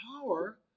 power